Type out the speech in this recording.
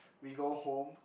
we go home